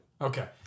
Okay